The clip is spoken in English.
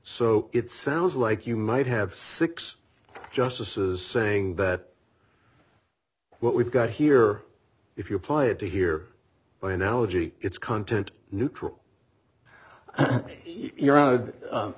so it sounds like you might have six justices saying that what we've got here if you apply it to here by analogy it's content neutral